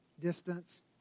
distance